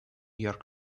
york